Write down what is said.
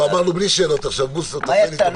אמרנו בלי שאלות עכשיו, בוסו, תעשה לי טובה.